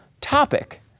topic